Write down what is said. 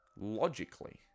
logically